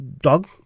dog